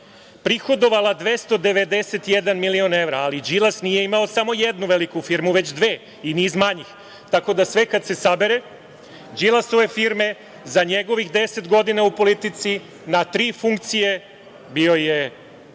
prihodovala 291 milion evra. Ali, Đilas nije imao samo jednu veliku firmu, već dve i niz manjih. Tako da, kada se sve sabere, Đilasove firme za njegovih deset godina u politici na tri funkcije, bio je